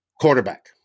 Quarterback